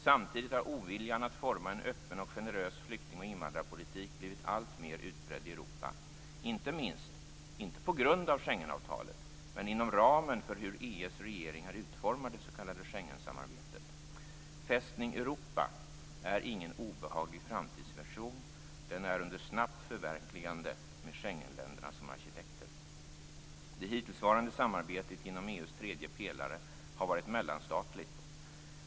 Samtidigt har oviljan att forma en öppen och generös flykting och invandrarpolitik blivit alltmer utbredd i Europa, inte minst - inte på grund av Schengenavtalet - men inom ramen för hur EU:s regeringar utformar det s.k. Schengensamarbetet. Fästning Europa är ingen obehaglig framtidsvision utan under snabbt förverkligande med Schengenländerna som arkitekter. Det hittillsvarande samarbetet inom EU:s tredje pelare har varit mellanstatligt.